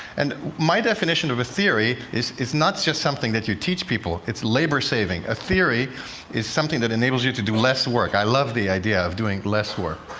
and my definition of a theory is, it's not just something that you teach people it's labor saving. a theory is something that enables you to do less work. i love the idea of doing less work.